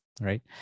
right